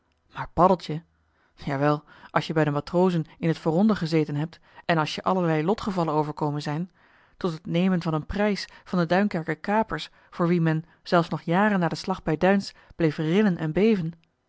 maar paddeltje jawel als je bij de matrozen in t vooronder gezeten hebt en als je allerlei lotgevallen overkomen zijn tot het nemen van een prijs van de duinkerker kapers voor wie men zelfs nog jaren na den zeeslag bij duins bleef rillen en beven